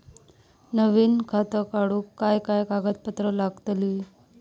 नवीन खाता काढूक काय काय कागदपत्रा लागतली?